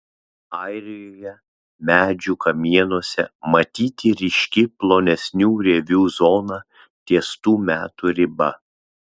airijoje medžių kamienuose matyti ryški plonesnių rievių zona ties tų metų riba